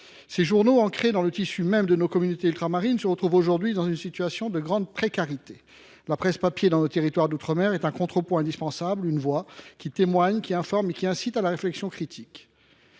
Ces journaux ancrés dans le tissu même de nos communautés ultramarines se retrouvent désormais dans une situation de grande précarité. La presse papier dans nos territoires d’outre mer est un contrepoint indispensable, une voix qui témoigne, qui informe et qui incite à la réflexion critique.